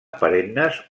perennes